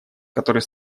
который